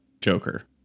Joker